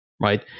right